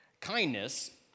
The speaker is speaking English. Kindness